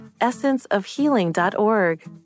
essenceofhealing.org